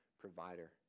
provider